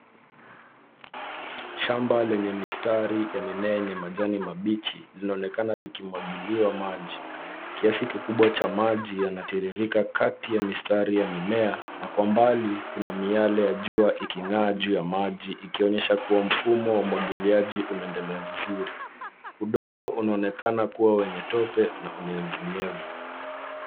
Shamba lenye mistari ya mimea yenye majani mabichi linaonekana likimwagiliwa maji. Kiasi kikubwa cha maji yanatirirka kati ya mistari ya mimea na kwa mbali kuna miale ya jua iking'aa juu ya maji ikionyesha kuwa mfumo wa umwagiliaji unaendelea vizuri. Udongo unaonekana kuwa wenye tope na unyevuunyevu.